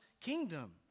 kingdom